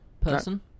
Person